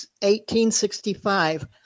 1865